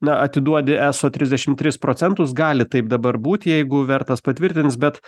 na atiduodi eso trisdešimt tris procentus gali taip dabar būt jeigu vertas patvirtins bet